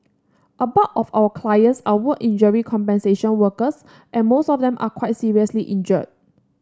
a bulk of our clients are work injury compensation workers and most of them are quite seriously injured